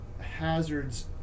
hazards